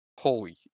holy